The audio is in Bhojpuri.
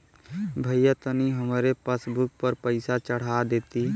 भईया तनि हमरे पासबुक पर पैसा चढ़ा देती